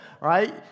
Right